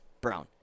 Brown